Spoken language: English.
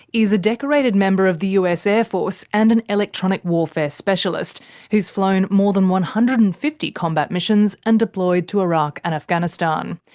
is a decorated member of the us air force and an electronic warfare specialist who's flown more than one hundred and fifty combat missions and deployed to iraq and afghanistan.